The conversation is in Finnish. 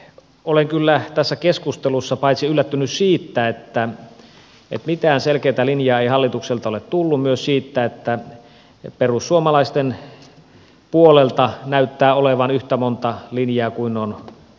olen kyllä tässä keskustelussa yllättynyt paitsi siitä että mitään selkeää linjaa ei hallitukselta ole tullut myös siitä että perussuomalaisten puolella näyttää olevan yhtä monta linjaa kuin on puhujaakin